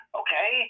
okay